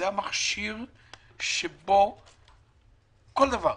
זה המכשיר בו ניתן לבדוק כל דבר.